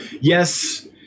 Yes